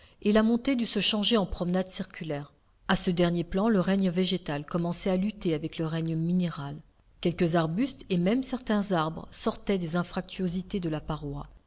et la montée dut se changer en promenade circulaire a ce dernier plan le règne végétal commençait à lutter avec le règne minéral quelques arbustes et même certains arbres sortaient des anfractuosités de la paroi